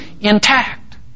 intact